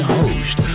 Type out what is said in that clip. host